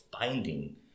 finding